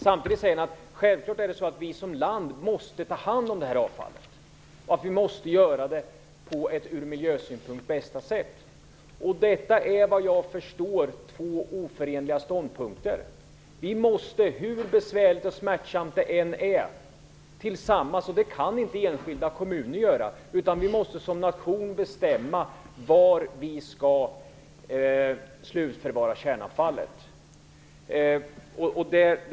Samtidigt säger ni att det är självklart att Sverige som land måste ta hand om detta avfall och att vi måste göra det på bästa sätt, sett ur miljösynpunkt. Detta är såvitt jag förstår två oförenliga ståndpunkter. Vi måste, hur besvärligt och smärtsamt det än är, tillsammans som nation bestämma var vi skall slutförvara kärnavfallet. Det kan inte enskilda kommuner göra.